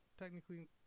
technically